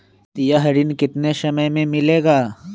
यह ऋण कितने समय मे मिलेगा?